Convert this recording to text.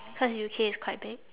cause U_K is quite big